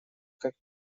как